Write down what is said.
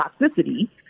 toxicity